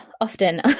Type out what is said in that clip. often